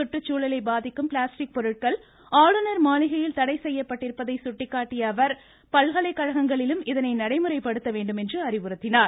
சுற்றுச்சூழலை பாதிக்கும் பிளாஸ்டிக் பொருட்கள் ஆளுநர் மாளிகையில் தடை செய்யப்பட்டிருப்பதை சுட்டிக்காட்டிய அவர் பல்கலைக்கழகங்களிலும் இதனை நடைமுறைப்படுத்த வேண்டும் என அறிவுறுத்தினார்